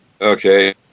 Okay